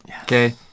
Okay